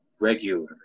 regular